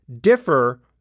differ